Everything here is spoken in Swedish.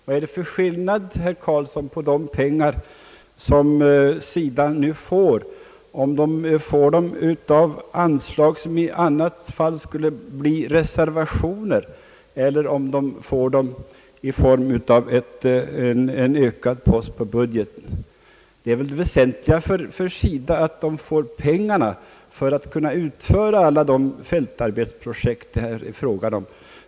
Vad är det för skillnad, herr Carlsson, på de pengar som SIDA nu får, om SIDA får dem från anslag som i annat fall skulle bli reservationer eller i form av en ökad post på budgeten? Det väsentliga för SIDA är väl att få pengarna för att kunna utföra alla de fältarbetsprojekt det är fråga om.